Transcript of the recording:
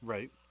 Right